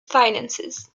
finances